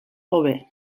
hobe